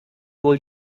wohl